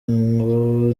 ngo